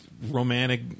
Romantic